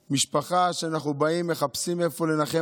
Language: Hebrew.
משפחה, ואנחנו באים ומחפשים איפה לנחם.